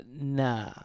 nah